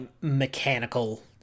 mechanical